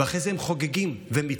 ואחרי זה הם חוגגים ומתפארים,